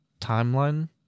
timeline